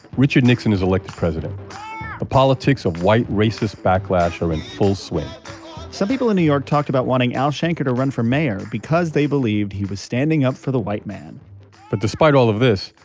richard nixon is elected president. the politics of white racist backlash are in full swing some people in new york talked about wanting al shanker to run for mayor because they believed he was standing up for the white man but despite all of this,